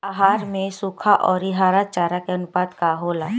आहार में सुखा औरी हरा चारा के आनुपात का होला?